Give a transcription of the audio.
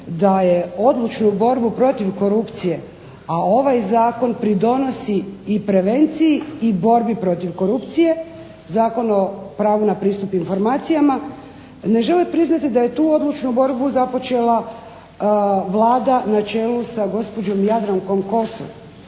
da je odlučnu borbu protiv korupcije, a ovaj zakon pridonosi i prevenciji i borbi protiv korupcije, Zakon o pravu na pristup informacijama, ne žele priznati da je tu odlučnu borbu započela Vlada na čelu sa gospođom Jadrankom Kosor,